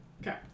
Okay